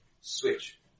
switch